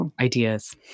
ideas